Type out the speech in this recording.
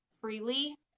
freely